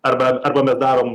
arba arba mes darom